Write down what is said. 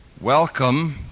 Welcome